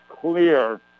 clear